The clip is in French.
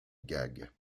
gags